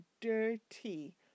Dirty